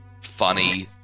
funny